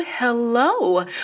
Hello